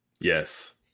Yes